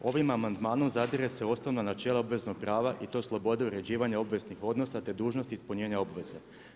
Ovim amandmanom zadire se u osnovna načela obveznog prava i to slobode uređivanja obveznih odnosa te dužnosti ispunjenja obveze.